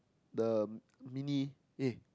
the mini eh